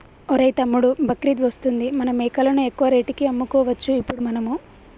ఒరేయ్ తమ్ముడు బక్రీద్ వస్తుంది మన మేకలను ఎక్కువ రేటుకి అమ్ముకోవచ్చు ఇప్పుడు మనము